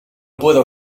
puedo